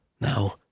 Now